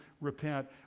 repent